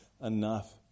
enough